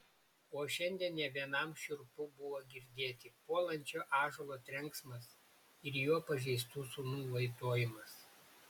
o šiandien ne vienam šiurpu buvo girdėti puolančio ąžuolo trenksmas ir jo pažeistų sūnų vaitojimas